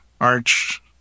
arch